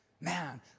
Man